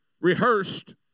rehearsed